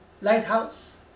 lighthouse